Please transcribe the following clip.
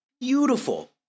beautiful